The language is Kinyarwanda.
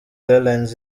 airlines